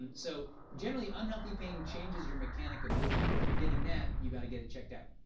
and so generally, unhealthy pain changes your mechanic of movement. if you're getting that, you've got to get it checked out.